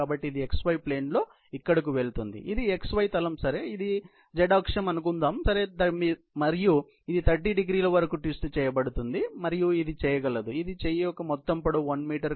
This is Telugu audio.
కాబట్టి ఇది x y ప్లేన్ లో ఇక్కడకు వెళుతుంది ఇది x y తలం సరే ఇది z అక్షం అనుకుందాం సరే మరియు ఇది 30 డిగ్రీల వరకు ట్విస్ట్ చేయబడుతుంది మరియు ఇది చేయగలదు చేయి యొక్క మొత్తం పొడవు 1 మీటర్